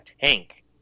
tank